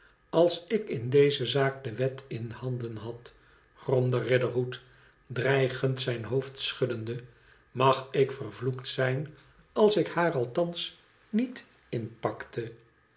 als ik in deze zaak de wet in handen had gromde riderhood dreigend zijn hoofd schuddende imag ik vervloekt zijn als ik haar althans niet inpakte